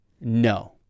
No